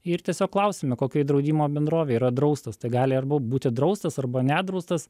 ir tiesiog klausime kokioj draudimo bendrovėj yra draustas tai gali arba būti draustas arba nedraustas